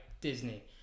disney